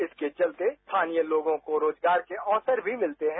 इसके चलते स्थानीय लोगों को रोजगार के अवसर भी मिलते हैं